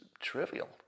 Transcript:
trivial